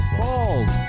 balls